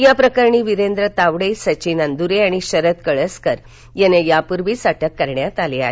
याप्रकरणी वीरेंद्र तावडे सचिन अंदूरे आणि शरद कळसकर यांना यापूर्वीच अटक करण्यात आली आहे